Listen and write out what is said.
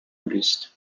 buddhist